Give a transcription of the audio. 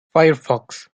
firefox